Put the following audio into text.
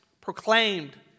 proclaimed